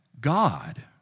God